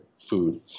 food